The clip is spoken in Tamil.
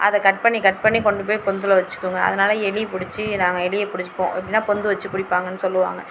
அதை கட் பண்ணி கட் பண்ணி கொண்டு போய் பொந்தில் வச்சுக்குங்க அதனால எலி பிடிச்சி நாங்கள் எலியை பிடிப்போம் எப்படினா பொந்து வச்சு பிடிப்பாங்கன்னு சொல்லுவாங்க